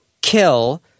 kill